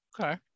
Okay